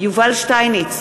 יובל שטייניץ,